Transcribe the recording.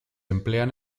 emplean